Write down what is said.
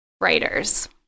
writers